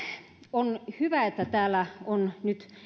on hyvä että täällä on nyt